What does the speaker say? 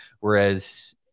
whereas